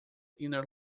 inner